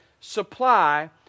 supply